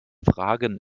fragen